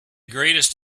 greatest